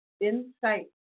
insight